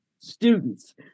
students